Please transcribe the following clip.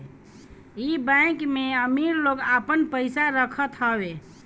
इ बैंक में अमीर लोग आपन पईसा रखत हवे